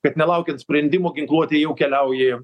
kad nelaukiant sprendimo ginkluotė jau keliauja